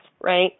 right